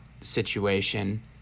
situation